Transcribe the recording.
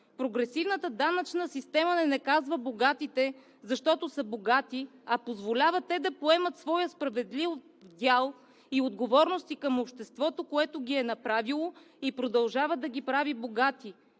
Прогресивната данъчна система не наказва богатите, защото са богати, а позволява те да поемат своя справедлив дял и отговорности към обществото, което ги е направило и продължава да ги прави богати.